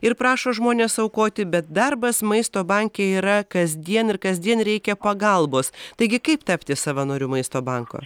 ir prašo žmones aukoti bet darbas maisto banke yra kasdien ir kasdien reikia pagalbos taigi kaip tapti savanoriu maisto banko